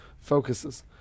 focuses